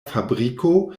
fabriko